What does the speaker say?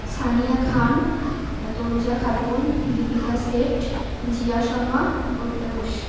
Sania Khan Tanuja Khatun Deepika Seth Jiya Sharma Arpita Ghosh